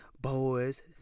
boys